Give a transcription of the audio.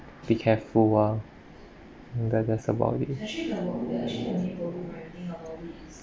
be careful ah I bet that's about it